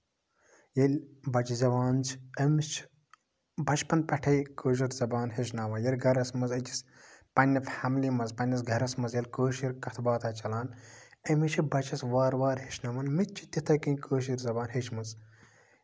ییٚلہِ بَچہٕ زیوان چھِ أمِس چھِ بَچپَن پٮ۪ٹھٕے کٲشِر زَبان ہٮ۪چھناوان اَگر گرَس منٛز أکِس پَنٕنہِ فیملی منٛز پَنٕنِس گرَس منٛز ییٚلہِ کٲشُر کَتھ باتھ آسہِ چَلان أمِس چھِ بَچَس وارٕ وارٕ ہٮ۪چھناوان مےٚ تہِ چھِ تِتھٕے کَنۍ کٲشِر زَبان ہٮ۪چھمٕژ